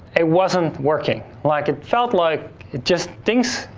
it wasn't working. like it felt like it just things,